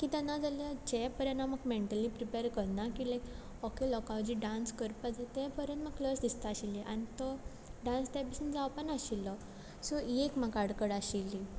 कित्या नाजाल्या जे पर्यान हांव म्हाका मँटली प्रिपॅड करना की लायक ओके लोका हुजीर डांस करपा जाय ते पऱ्यान म्हाका लज दिसता आशिल्ली आन तो डांस ते भशेन जावपा नाशिल्लो सो ही एक म्हाका आडखड आशिल्ली